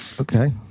Okay